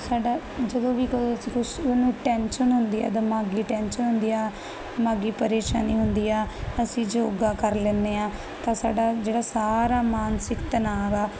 ਸਾਡਾ ਜਦੋਂ ਵੀ ਕੋਈ ਅਸੀਂ ਕੁਛ ਉਹਨੂੰ ਟੈਨਸ਼ਨ ਹੁੰਦੀ ਹੈ ਦਿਮਾਗੀ ਟੈਂਸ਼ਨ ਹੁੰਦੀ ਆ ਦਿਮਾਗੀ ਪਰੇਸ਼ਾਨੀ ਹੁੰਦੀ ਆ ਅਸੀਂ ਯੋਗਾ ਕਰ ਲੈਦੇ ਆਂ ਤਾਂ ਸਾਡਾ ਜਿਹੜਾ ਸਾਰਾ ਮਾਨਸਿਕ ਤਨਾਅ ਗਾ